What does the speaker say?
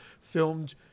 filmed